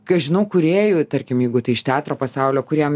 kai žinau kūrėjų tarkim jeigu tai iš teatro pasaulio kuriem